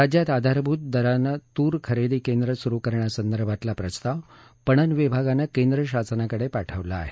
राज्यात आधारभूत दरानं तूर खरेदी केंद्र सुरु करण्यासंदर्भातला प्रस्ताव पणन विभागानं केंद्र शासनाकडे पाठवला आहे